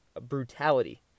brutality